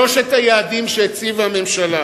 שלושת היעדים שהציבה הממשלה